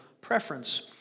preference—